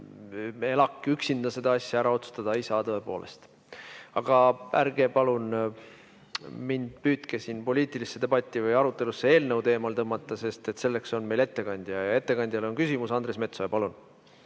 ELAK üksinda seda asja ära otsustada ei saa, tõepoolest. Aga ärge palun püüdke tõmmata mind siin poliitilisse debatti või arutelusse selle eelnõu teemal, sest selleks on meil ettekandja. Ja ettekandjale on küsimus. Andres Metsoja, palun!